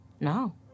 No